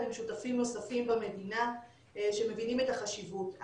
עם שותפים נוספים במדינה שמבינים את החשיבות.